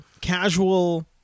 casual